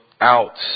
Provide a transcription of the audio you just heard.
out